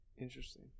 Interesting